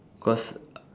cause